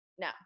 no